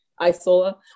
Isola